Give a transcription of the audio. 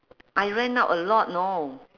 I rent out a lot know